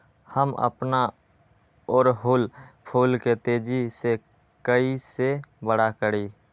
हम अपना ओरहूल फूल के तेजी से कई से बड़ा करी?